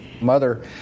Mother